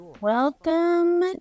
Welcome